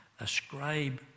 ascribe